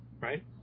right